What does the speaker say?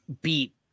beat